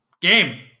Game